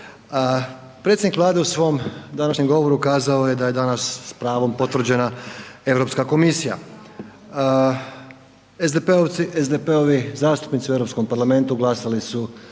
Predsjednik Vlade u svom današnjem govoru kazao je da je danas s pravom potvrđena Europska komisija. SDP-ovi zastupnici u Europskom parlamentu glasali su